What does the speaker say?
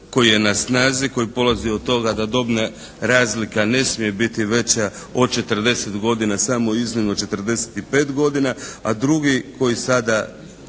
koji je na snazi, koji polazi od toga da dobna razlika ne smije biti veća od 40 godina, samo iznimno 45 godina, a drugi koji sada